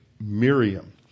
miriam